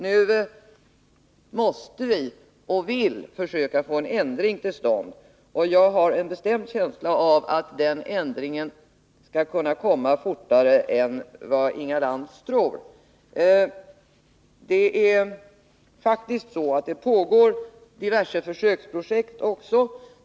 Nu måste vi och vill vi försöka få en ändring till stånd. Jag har en bestämd känsla av att den ändringen skall kunna komma fortare än Inga Lantz tror. Det pågår faktiskt diverse försöksprojekt.